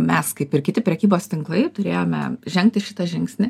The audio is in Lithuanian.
mes kaip ir kiti prekybos tinklai turėjome žengti šitą žingsnį